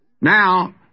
Now